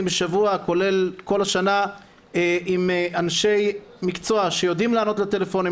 כולל כל השנה עם אנשי מקצוע שיודעים לענות לטלפונים,